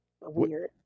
weird